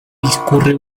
discurre